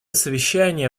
совещание